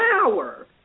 power